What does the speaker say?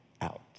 out